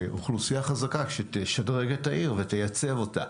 אוכלוסייה חזקה שתשדרג את העיר ותייצב אותה.